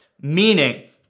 meaning